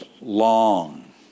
long